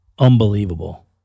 Unbelievable